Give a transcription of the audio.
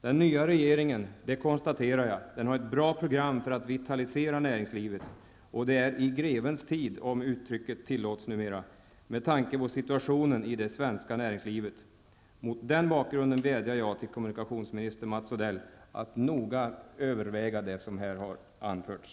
Jag konstaterar att den nya regeringen har ett bra program för att vitalisera näringslivet, och det sker i grevens tid -- om uttrycket tillåts numera -- med tanke på situationen i det svenska näringslivet. Mot den bakgrunden vädjar jag till kommunikationsminister Mats Odell att noggrant överväga det som här har anförts.